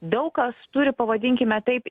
daug kas turi pavadinkime taip